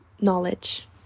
knowledge